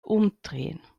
umdrehen